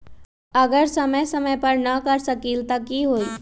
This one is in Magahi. अगर समय समय पर न कर सकील त कि हुई?